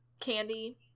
candy